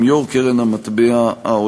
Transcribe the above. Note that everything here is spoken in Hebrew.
עם יושבת-ראש קרן המטבע העולמית,